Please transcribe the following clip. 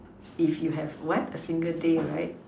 if you have what a single day right